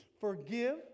Forgive